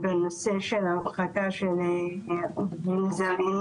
בנושא של הרחקה של עובדים זרים